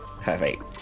Perfect